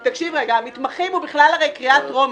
חוק המתמחים הוא בכלל בקריאה טרומית.